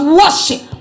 worship